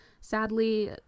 sadly